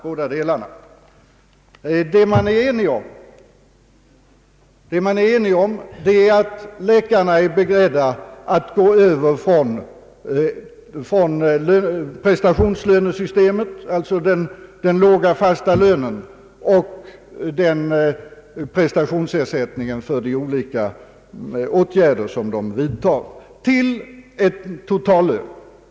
Båda delarna stämmer, Enighet råder om att läkarna är beredda att gå över från prestationslönesystemet — alltså den låga fasta lönen och prestationsersättning för vissa bestämda arbetsinsatser — till en totallön.